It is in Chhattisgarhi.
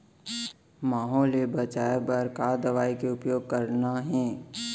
माहो ले बचाओ बर का दवई के उपयोग करना हे?